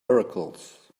miracles